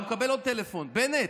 הוא מקבל עוד טלפון: בנט,